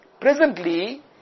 presently